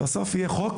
בסוף, יהיה חוק